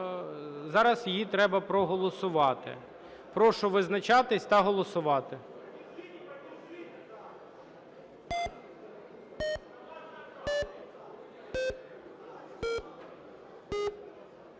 зараз її треба проголосувати. Прошу визначатись та голосувати.